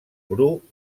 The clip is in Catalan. bru